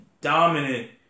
Dominant